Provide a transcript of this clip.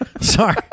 Sorry